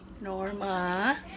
Norma